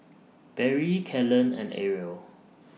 Barrie Kalyn and Arielle